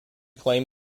claim